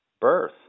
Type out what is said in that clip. birth